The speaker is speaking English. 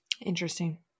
Interesting